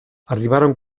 arribaron